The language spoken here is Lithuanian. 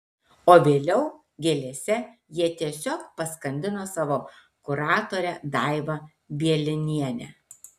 o vėliau gėlėse jie tiesiog paskandino savo kuratorę daivą bielinienę